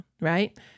right